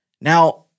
Now